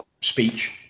speech